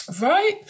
Right